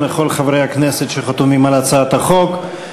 ולכל חברי הכנסת שחתומים על הצעת החוק.